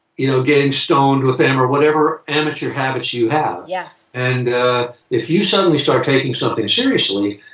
you know, getting stoned with them or whatever amateur habits you have. yes. and if you suddenly start taking something seriously,